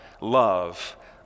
love